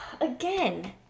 again